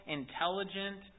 intelligent